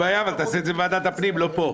אין בעיה, אבל תעשה את זה בוועדת הפנים, לא פה.